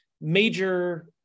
major